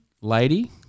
lady